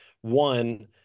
One